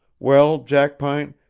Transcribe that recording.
well, jackpine,